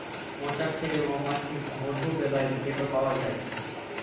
মচাক থ্যাকে মমাছি যে মধু বেলায় সেট পাউয়া যায়